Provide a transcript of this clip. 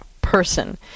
person